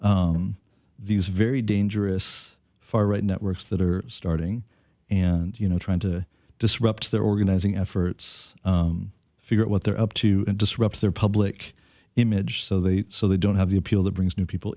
mobilize these very dangerous far right networks that are starting and you know trying to disrupt their organizing efforts figure out what they're up to and disrupt their public image so they so they don't have the appeal that brings new people